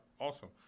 awesome